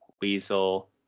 Weasel